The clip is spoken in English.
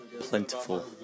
Plentiful